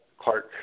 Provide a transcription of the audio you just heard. Clark